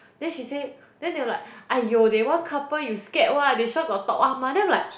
then she say then they were like aiyo they one couple you scared what they sure got talk [one] mah then I'm like